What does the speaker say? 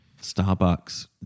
Starbucks